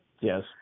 Yes